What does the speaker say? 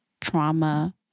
trauma